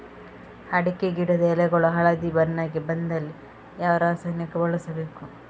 ಅಡಿಕೆ ಗಿಡದ ಎಳೆಗಳು ಹಳದಿ ಬಣ್ಣಕ್ಕೆ ಬಂದಲ್ಲಿ ಯಾವ ರಾಸಾಯನಿಕ ಬಳಸಬೇಕು?